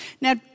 Now